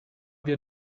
wir